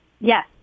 Yes